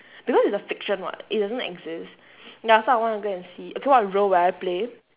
because it's a fiction [what] it doesn't exist ya so I want to go and see okay what role will I play